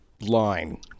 line